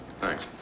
Thanks